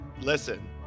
listen